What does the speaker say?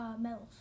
medals